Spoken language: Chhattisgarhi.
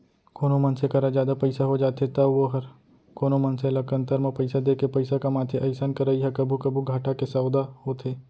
कोनो मनसे करा जादा पइसा हो जाथे तौ वोहर कोनो मनसे ल कन्तर म पइसा देके पइसा कमाथे अइसन करई ह कभू कभू घाटा के सौंदा होथे